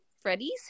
Freddy's